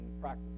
practice